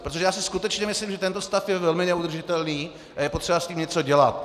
Protože já si skutečně myslím, že tento stav je velmi neudržitelný a je potřeba s ním něco dělat.